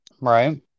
Right